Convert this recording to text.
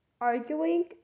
arguing